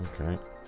okay